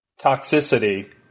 TOXICITY